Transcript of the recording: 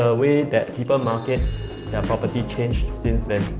ah way that people market their property changed since then?